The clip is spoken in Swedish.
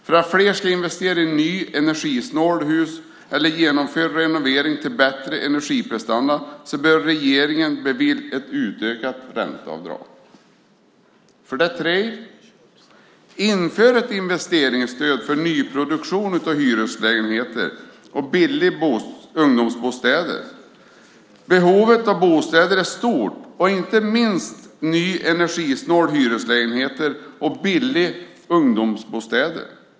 För att fler ska investera i nya energisnåla hus eller genomföra renovering till bättre energiprestanda bör regeringen bevilja ett utökat ränteavdrag. För det tredje: Inför ett investeringsstöd för nyproduktion av hyreslägenheter och billiga ungdomsbostäder! Behovet av bostäder är stort, inte minst av nya energisnåla hyreslägenheter och billiga ungdomsbostäder.